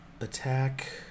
attack